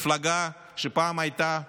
מפלגה שפעם הייתה לאומית-ליברלית,